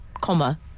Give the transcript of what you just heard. comma